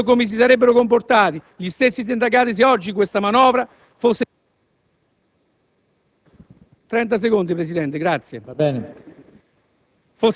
Mi chiedo come si sarebbero comportati gli stessi sindacati se oggi questa manovra fosse